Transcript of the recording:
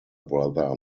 brother